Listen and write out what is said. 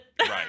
Right